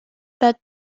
that